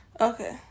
Okay